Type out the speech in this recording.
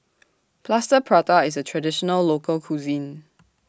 Plaster Prata IS A Traditional Local Cuisine